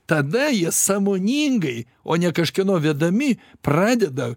tada jie sąmoningai o ne kažkieno vedami pradeda